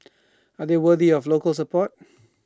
are they worthy of local support